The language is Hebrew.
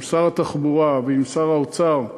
עם שר התחבורה ועם שר האוצר,